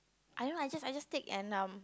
I don't know I just I just take and um